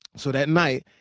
so that night,